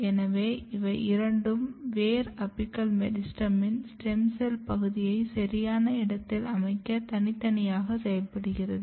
எனவே இவை இரண்டும் வேர் அபிக்கல் மெரிஸ்டெமின் ஸ்டெம் செல் பகுதியை சரியான இடத்தில் அமைக்க தனித்தனியாக செயல்படுகிறது